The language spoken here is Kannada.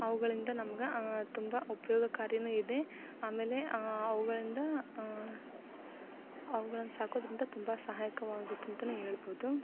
ಅವುಗಳಿಂದ ನಮ್ಗೆ ತುಂಬ ಉಪಯೋಗಕಾರಿನೂ ಇದೆ ಆಮೇಲೆ ಅವುಗಳಿಂದ ಅವ್ಗಳನ್ನು ಸಾಕೋದರಿಂದ ತುಂಬ ಸಹಾಯಕವಾಗುತ್ತೆ ಅಂತಾನೇ ಹೇಳ್ಬೋದು